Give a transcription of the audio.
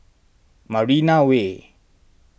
Marina Way